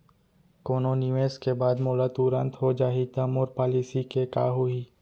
कोनो निवेश के बाद मोला तुरंत हो जाही ता मोर पॉलिसी के का होही?